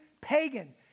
pagan